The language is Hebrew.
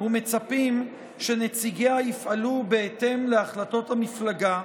ומצפים שנציגיה יפעלו בהתאם להחלטות המפלגה,